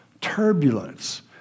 turbulence